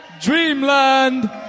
Dreamland